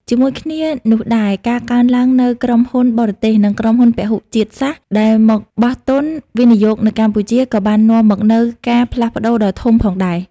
ជាមួយគ្នានោះដែរ ការកើនឡើងនូវក្រុមហ៊ុនបរទេស និងក្រុមហ៊ុនពហុជាតិសាសន៍ ដែលមកបោះទុនវិនិយោគនៅកម្ពុជា ក៏បាននាំមកនូវការផ្លាស់ប្ដូរដ៏ធំផងដែរ។